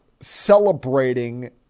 celebrating